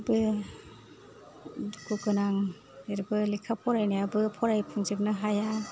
बो दुखु गोनां ओरैबो लेखा फरायनायाबो फरायफुंजोबनो हाया